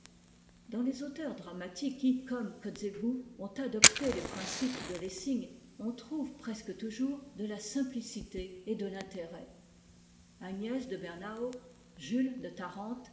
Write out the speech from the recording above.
dans les auteurs dramatiques qui comme kotzebue ont adopté les principes de lessing on trouve presque toujours de la simplicité et de l'intérêt me de jbernsm jules de y